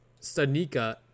Stanika